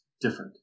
different